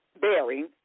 bearing